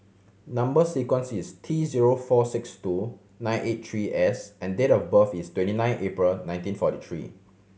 number sequence is T zero four six two nine eight three S and date of birth is twenty nine April nineteen forty three